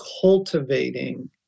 cultivating